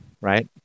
right